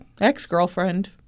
Ex-girlfriend